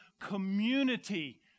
community